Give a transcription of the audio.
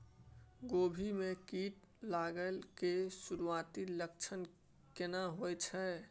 कोबी में कीट लागय के सुरूआती लक्षण केना होय छै